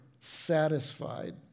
satisfied